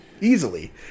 easily